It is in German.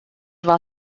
war